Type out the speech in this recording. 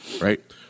Right